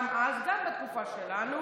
גם בתקופה שלנו